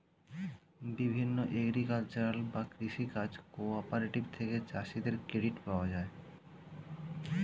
বিভিন্ন এগ্রিকালচারাল বা কৃষি কাজ কোঅপারেটিভ থেকে চাষীদের ক্রেডিট পাওয়া যায়